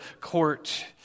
court